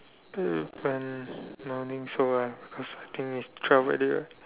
that depends no need show right because I think it's twelve already right